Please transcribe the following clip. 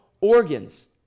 organs